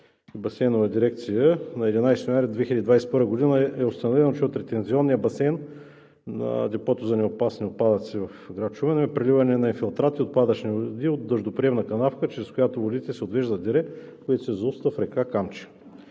Басейнова дирекция на 11 януари 2021 г. е установено, че от ретензионния басейн на депото за неопасни отпадъци в град Шумен има преливане на инфилтрати – отпадъчни води, в дъждоприемна канавка, чрез която водите се отвеждат в дере, което се зауства в река Камчия.